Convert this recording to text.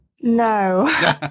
No